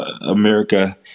America